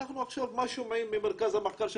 אנחנו עכשיו מה שומעים ממרכז המחקר של